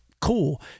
cool